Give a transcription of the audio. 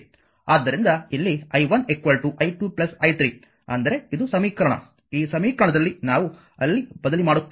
ಆದ್ದರಿಂದ ಇಲ್ಲಿ i1 i2 i3 ಅಂದರೆ ಇದು ಸಮೀಕರಣ ಈ ಸಮೀಕರಣದಲ್ಲಿ ನಾವು ಅಲ್ಲಿ ಬದಲಿ ಮಾಡುತ್ತೇವೆ